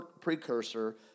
precursor